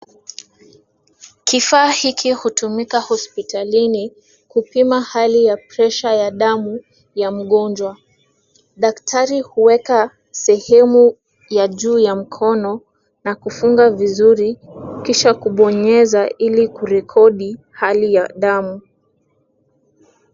Kifaa hiki hutumika hospitalini kupima hali ya presha ya damu ya mgonjwa. Daktari huweka sehemu ya juu ya mkono na kufunga vizuri kisha kubonyeza ili kurekodi hali ya damu.